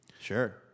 sure